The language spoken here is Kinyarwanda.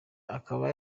akaba